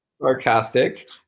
sarcastic